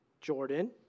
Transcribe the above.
Jordan